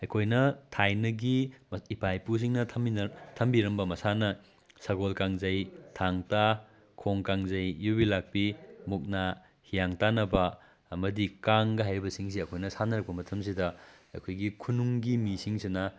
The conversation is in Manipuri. ꯑꯩꯈꯣꯏꯅ ꯊꯥꯏꯅꯒꯤ ꯏꯄꯥ ꯏꯄꯨꯁꯤꯡꯅ ꯊꯝꯕꯤꯔꯝꯕ ꯃꯁꯥꯅ ꯁꯒꯣꯜ ꯀꯥꯡꯖꯩ ꯊꯥꯡ ꯇꯥ ꯈꯣꯡ ꯀꯥꯡꯖꯩ ꯌꯨꯕꯤ ꯂꯥꯛꯄꯤ ꯃꯨꯛꯅꯥ ꯍꯤꯌꯥꯡ ꯇꯥꯟꯅꯕ ꯑꯃꯗꯤ ꯀꯥꯡꯒ ꯍꯥꯏꯌꯤꯕꯁꯤꯡꯁꯦ ꯑꯩꯈꯣꯏꯅ ꯁꯥꯟꯅꯔꯛꯄ ꯃꯇꯝꯁꯤꯗ ꯑꯩꯈꯣꯏꯒꯤ ꯈꯨꯅꯨꯡꯒꯤ ꯃꯤꯁꯤꯡꯁꯤꯅ